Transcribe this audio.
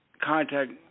contact